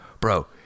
Bro